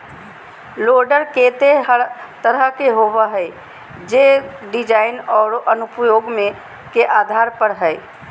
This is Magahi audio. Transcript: लोडर केते तरह के होबो हइ, जे डिज़ाइन औरो अनुप्रयोग के आधार पर हइ